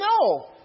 no